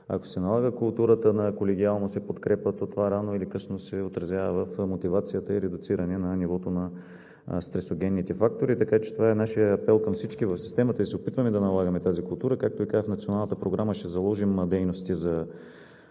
ако се налага културата на колегиалност и подкрепа, то това рано или късно се отразява в мотивацията и редуциране на нивото на стресогенните фактори. Така че това е нашият апел към всички в системата и се опитваме да налагаме тази култура. Както Ви казах, в Националната програма ще заложим дейности за